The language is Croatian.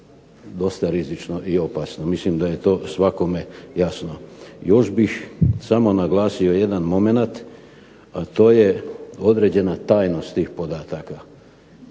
dosta rizično i opasno. Mislim da je to svakome jasno. Još bih samo naglasio jedan momenat a to je određena tajnost tih podataka,